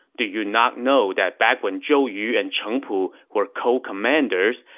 do you not know that back when zhou yu and cheng pu were co-commanders,